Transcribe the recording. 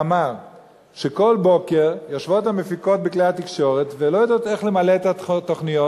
כל בוקר יושבות המפיקות בכלי התקשורת ולא יודעות איך למלא את התוכניות.